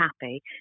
happy